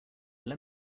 let